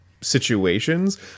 situations